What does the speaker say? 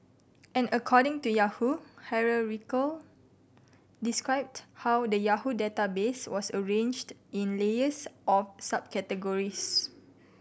and according to Yahoo hierarchical described how the Yahoo database was arranged in layers of subcategories